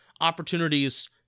opportunities